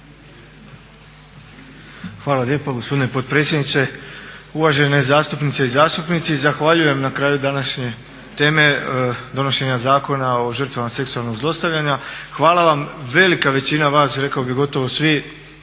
Hvala vam velika većina vas, rekao bih gotovo svi